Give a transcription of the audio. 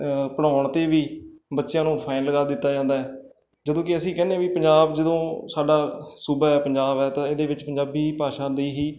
ਪੜ੍ਹਾਉਣ 'ਤੇ ਵੀ ਬੱਚਿਆਂ ਨੂੰ ਫਾਈਨ ਲਗਾ ਦਿੱਤਾ ਜਾਂਦਾ ਹੈ ਜਦੋਂ ਕਿ ਅਸੀਂ ਕਹਿੰਦੇ ਹਾਂ ਵੀ ਪੰਜਾਬ ਜਦੋਂ ਸਾਡਾ ਸੂਬਾ ਹੈ ਪੰਜਾਬ ਹੈ ਤਾਂ ਇਹਦੇ ਵਿੱਚ ਪੰਜਾਬੀ ਭਾਸ਼ਾ ਦੀ ਹੀ